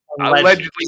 allegedly